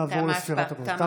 תמה ההצבעה, נעבור לספירת הקולות.